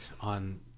on